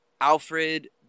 Alfred